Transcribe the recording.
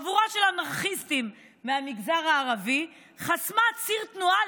חבורה של אנרכיסטים מהמגזר הערבי חסמה ציר תנועה,